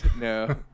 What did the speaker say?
No